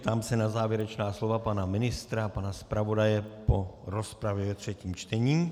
Ptám se na závěrečná slova pana ministra, pana zpravodaje po rozpravě ve třetím čtení.